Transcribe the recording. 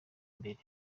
imbere